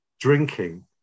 drinking